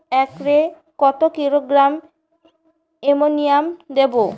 একরে কত kilogram ammonia দেবো?